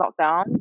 lockdown